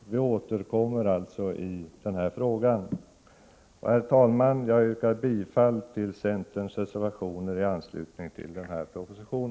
Vi återkommer alltså beträffande den här frågan. Herr talman! Jag yrkar bifall till centerns reservation i anslutning till denna proposition.